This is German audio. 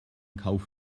kauf